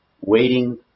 Waiting